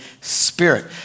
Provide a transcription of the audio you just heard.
Spirit